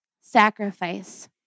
sacrifice